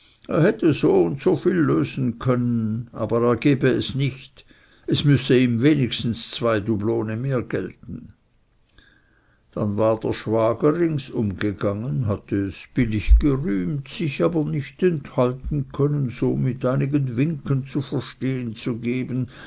hätte so und so viel lösen können aber er gebe es nicht es müsse ihm wenigstens zwei dublone mehr gelten dann war der schwager ringsum gegangen hatte es billig gerühmt sich aber nicht enthalten können so mit einigen winken zu verstehen zu geben